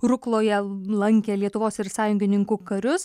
rukloje lankė lietuvos ir sąjungininkų karius